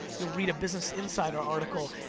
you'll read a business insider article.